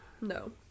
No